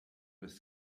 was